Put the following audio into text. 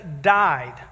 died